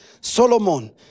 Solomon